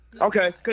Okay